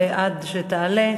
ועד שתעלה,